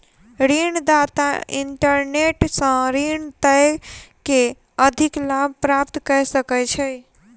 ऋण दाता इंटरनेट सॅ ऋण दय के अधिक लाभ प्राप्त कय सकै छै